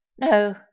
No